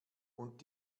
und